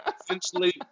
Essentially